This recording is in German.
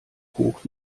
hoch